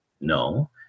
No